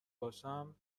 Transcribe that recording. باشم